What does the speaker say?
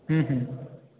ହୁଁ ହୁଁ